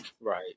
Right